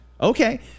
Okay